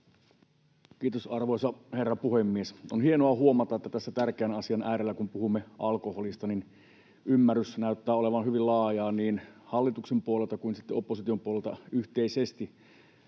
Kiitos, arvoisa herra puhemies! On hienoa huomata, että tässä tärkeän asian äärellä, kun puhumme alkoholista, ymmärrys näyttää olevan hyvin laajaa niin hallituksen puolelta kuin sitten opposition puolelta yhteisesti.